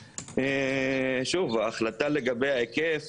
שוב - ההחלטה לגבי ההיקף